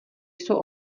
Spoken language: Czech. jsou